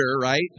right